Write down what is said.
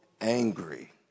angry